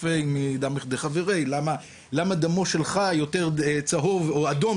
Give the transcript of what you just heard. טפי מדמך דחבריי" למה דמך שלך יותר אדום,